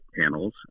panels